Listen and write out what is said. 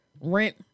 rent